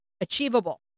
achievable